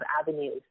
avenues